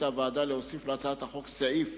החליטה הוועדה להוסיף להצעת החוק סעיף